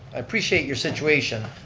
i appreciate your situation,